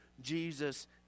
Jesus